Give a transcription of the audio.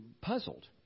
puzzled